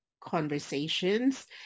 conversations